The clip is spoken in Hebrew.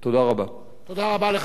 תודה רבה לחבר הכנסת דב חנין.